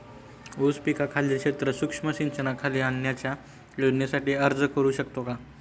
ऊस पिकाखालील क्षेत्र सूक्ष्म सिंचनाखाली आणण्याच्या योजनेसाठी अर्ज करू शकतो का?